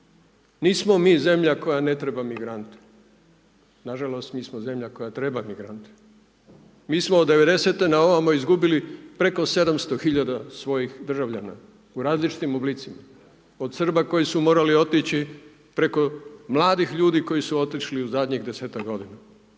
Nismo mi zemlja koja ne treba migrante. Nažalost mi smo zemlja koja treba migrante. Mi smo od '90.-te na ovamo izgubili preko 700 hiljada svojih državljana u različitim oblicima od Srba koji su morali otići preko mladih ljudi koji su otišli u zadnjih 10-ak godina.